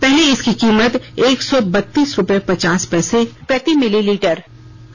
पहले इसकी कीमत एक सौ बत्तीस रुपये पचास पैसे प्रति मिलीलीटर थी